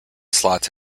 slots